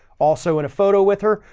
also in a photo with her,